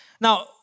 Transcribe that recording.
Now